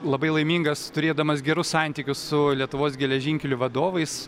labai laimingas turėdamas gerus santykius su lietuvos geležinkelių vadovais